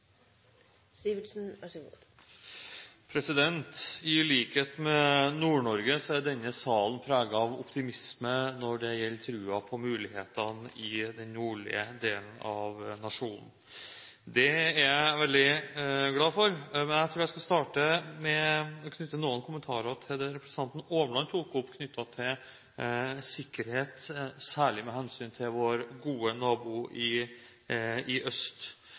denne salen preget av optimisme når det gjelder troen på mulighetene i den nordlige delen av nasjonen. Det er jeg veldig glad for. Men jeg tror jeg skal starte med å knytte noen kommentarer til det representanten Åmland tok opp om sikkerhet, særlig med hensyn til vår gode nabo i øst – en nabo som har hatt noen tøffe år, men som er i